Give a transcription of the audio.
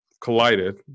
collided